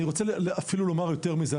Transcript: אני רוצה לומר יותר מזה,